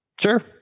Sure